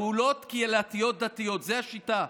פעולות קהילתיות דתיות, זו השיטה.